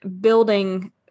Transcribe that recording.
building